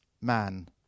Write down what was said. man